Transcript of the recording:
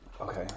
Okay